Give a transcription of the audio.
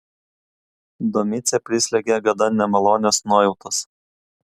domicę prislėgė gana nemalonios nuojautos